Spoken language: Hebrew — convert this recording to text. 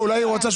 רוויזיה.